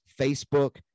Facebook